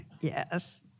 Yes